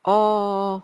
oh